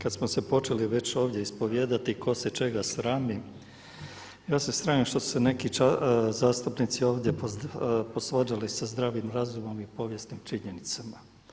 Kada smo se počeli već ovdje ispovijedati tko se čega srami, ja se sramim što se neki zastupnici ovdje posvađali sa zdravim razumom i povijesnim činjenicama.